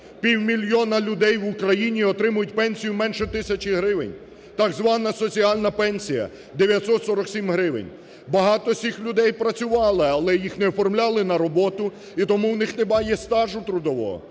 Півмільйона людей в Україні отримують пенсію менше тисячі гривень, так звана "соціальна пенсія" – 947 гривень. Багато з цих людей працювали, але їх не оформляли на роботу і тому у них немає стажу трудового.